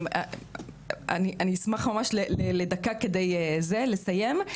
אני אשמח לדקה כדי לסיים.